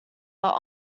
are